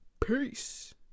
peace